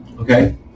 Okay